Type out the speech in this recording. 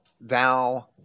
thou